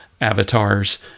avatars